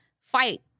fight